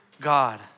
God